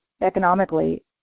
economically